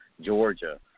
Georgia